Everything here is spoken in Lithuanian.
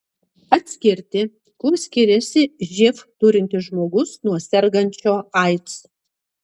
atskirti kuo skiriasi živ turintis žmogus nuo sergančio aids